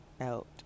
out